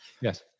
Yes